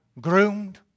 groomed